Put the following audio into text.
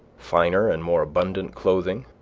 finer and more abundant clothing,